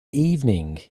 evening